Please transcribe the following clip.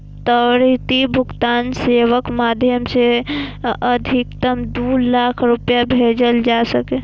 त्वरित भुगतान सेवाक माध्यम सं अधिकतम दू लाख रुपैया भेजल जा सकैए